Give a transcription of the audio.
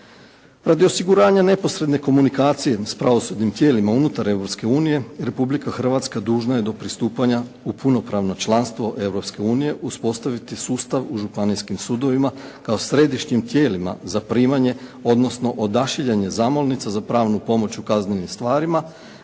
Radi osiguranja neposredne komunikacije s pravosudnim tijelima unutar Europske unije, Republika Hrvatska dužna je do pristupanja u punopravno članstvo Europske unije uspostaviti sustav u županijskim sudovima kao središnjim tijelima za primanje, odnosno odašiljanje zamolnica za pravnu pomoć u kaznenim stvarima